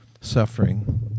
suffering